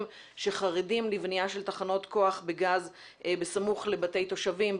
שחרדים לבנייה של תחנות כוח בגז בסמוך לבתי תושבים,